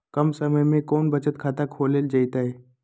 कम समय में कौन बचत खाता खोले जयते?